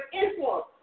influence